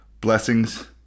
Blessings